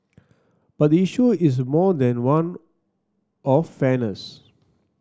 but the issue is more than one of fairness